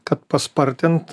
kad paspartint